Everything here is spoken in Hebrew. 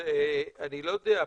אני לא יודע,